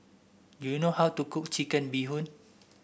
do you know how to cook Chicken Bee Hoon